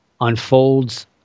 unfolds